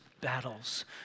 battles